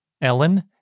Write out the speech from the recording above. Ellen